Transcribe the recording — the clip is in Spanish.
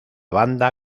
banda